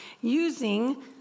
using